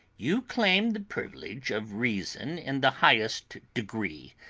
you claim the privilege of reason in the highest degree,